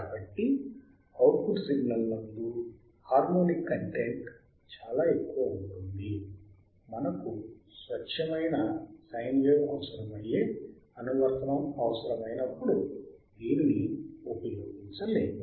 కాబట్టి output signal నందు harmonic content చాలా ఎక్కువగా ఉంటుంది మనకు స్వచ్ఛమైన సైన్ వేవ్ అవసరమయ్యే అనువర్తనం అవసరమైనప్పుడు దీనిని ఉపయోగించలేము